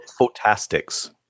Photastics